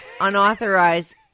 unauthorized